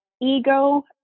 Ego